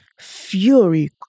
fury